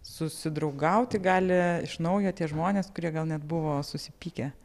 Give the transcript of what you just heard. susidraugauti gali iš naujo tie žmonės kurie gal net buvo susipykę